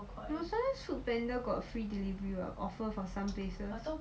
no sometimes foodpanda got free delivery [what] offer for some places